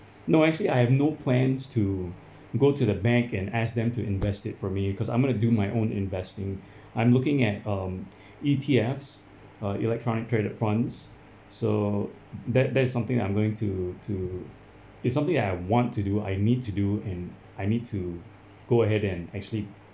no actually I have no plans to go to the bank and ask them to invest it for me cause I'm going to do my own investing I'm looking at um E_T_Fs uh electronic traded funds so that that is something I'm going to to it's something I want to do I need to do and I need to go ahead and actually